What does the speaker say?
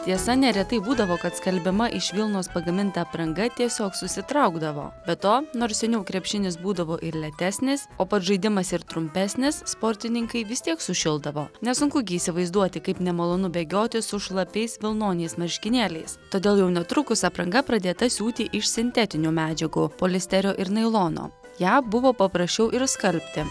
tiesa neretai būdavo kad skalbiama iš vilnos pagaminta apranga tiesiog susitraukdavo be to nors seniau krepšinis būdavo ir lėtesnis o pats žaidimas ir trumpesnis sportininkai vis tiek sušildavo nesunku gi įsivaizduoti kaip nemalonu bėgioti su šlapiais vilnoniais marškinėliais todėl jau netrukus apranga pradėta siūti iš sintetinių medžiagų poliesterio ir nailono ją buvo paprasčiau ir skalbti